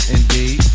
indeed